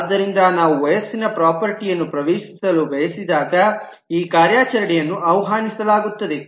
ಆದ್ದರಿಂದ ನಾವು ವಯಸ್ಸಿನ ಪ್ರಾಪರ್ಟೀಯನ್ನು ಪ್ರವೇಶಿಸಲು ಬಯಸಿದಾಗ ಈ ಕಾರ್ಯಾಚರಣೆಯನ್ನು ಆಹ್ವಾನಿಸಲಾಗುತ್ತದೆ